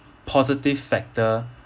positive factor